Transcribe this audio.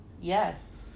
Yes